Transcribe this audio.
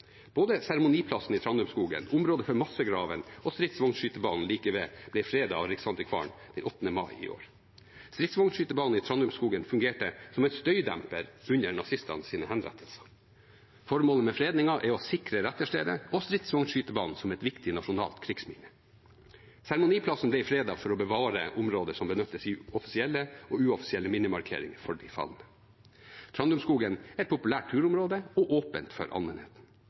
Både seremoniplassen i Trandumskogen, området for massegravene og stridsvognskytebanen like ved ble fredet av Riksantikvaren 8. mai i år. Stridsvognskytebanen i Trandumskogen fungerte som en støydemper under nazistenes henrettelser. Formålet med fredningen er å sikre retterstedet og stridsvognskytebanen som et viktig nasjonalt krigsminne. Seremoniplassen ble fredet for å bevare området som blir benyttet i både offisielle og uoffisielle minnemarkeringer for de falne. Trandumskogen er et populært turområde og åpent for allmennheten.